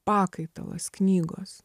pakaitalas knygos